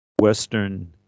Western